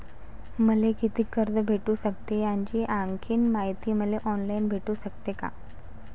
मले कितीक कर्ज भेटू सकते, याची आणखीन मायती मले ऑनलाईन भेटू सकते का?